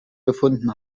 gefunden